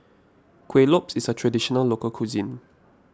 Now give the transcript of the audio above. Kuih Lopes is a Traditional Local Cuisine